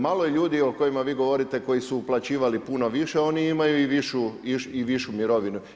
Malo je ljudi o kojima vi govorite koji su uplaćivali puno više, oni imaju i višu mirovinu.